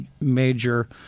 major